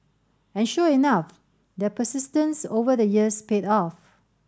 and sure enough their persistence over the years paid off